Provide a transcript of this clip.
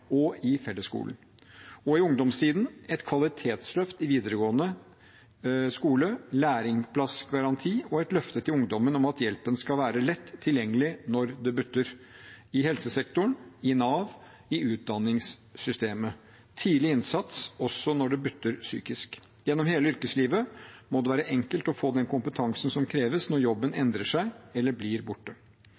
og i fellesskolen, og i ungdomstiden et kvalitetsløft i videregående skole, lærlingsplassgaranti og et løfte til ungdommen om at hjelpen skal være lett tilgjengelig når det butter – i helsesektoren, i Nav, i utdanningssystemet – tidlig innsats også når det butter psykisk. Gjennom hele yrkeslivet må det være enkelt å få den kompetansen som kreves når jobben endrer seg eller blir borte.